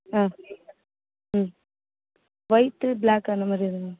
ஆ ம் white black அந்த மாதிரி எதுவும்